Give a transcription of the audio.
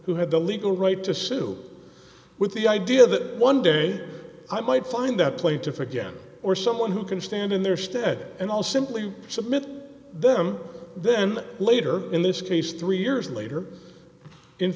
who had the legal right to sue with the idea that one day i might find that plaintiff again or someone who can stand in their stead and i'll simply submit them then later in this case three years later in